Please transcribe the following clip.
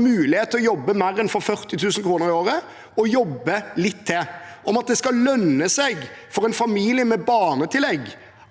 mulighet til å jobbe for mer enn 40 000 kr i året, å jobbe litt til, om at det skal lønne seg for en familie med barnetillegg